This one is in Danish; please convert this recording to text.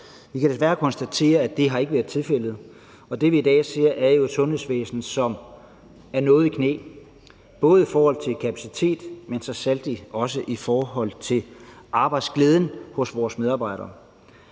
Vi kan desværre konstatere, at det ikke har været tilfældet, og det, vi i dag ser, er jo et sundhedsvæsen, som er noget i knæ, både i forhold til kapaciteten, men så sandelig også i forhold til arbejdsglæden hos vores medarbejdere.